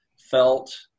felt